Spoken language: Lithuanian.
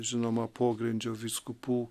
žinoma pogrindžio vyskupų